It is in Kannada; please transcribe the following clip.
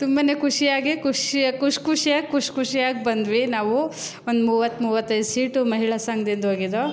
ತುಂಬನೇ ಖುಷಿಯಾಗಿ ಖುಷಿಯಾ ಖುಷಿ ಖುಷ್ಯಾಗಿ ಖುಷಿ ಖುಷ್ಯಾಗಿ ಬಂದ್ವಿ ನಾವು ಒಂದು ಮೂವತ್ತು ಮೂವತ್ತೈದು ಸೀಟು ಮಹಿಳಾ ಸಂಘ್ದಿಂದ ಹೋಗಿದ್ದೋ